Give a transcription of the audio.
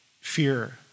fear